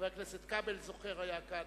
חבר הכנסת כבל, זוכר, היה כאן,